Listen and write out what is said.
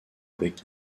avec